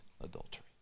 adultery